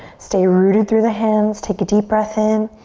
stay rooted through the hands. take a deep breath in.